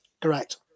Correct